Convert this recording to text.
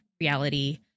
reality